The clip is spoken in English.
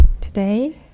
today